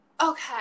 Okay